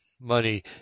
money